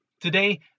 Today